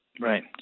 Right